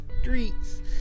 streets